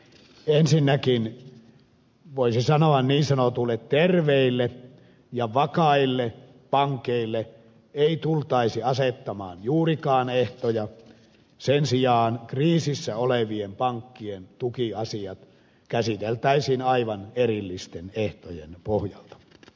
ensinnäkin voisi sanoa niin sanotuille terveille ja vakaille pankeille ei tultaisi asettamaan juurikaan ehtoja sen sijaan kriisissä olevien pankkien tukiasiat käsiteltäisiin aivan erillisten ehtojen pohjalta